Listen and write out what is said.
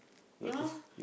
ya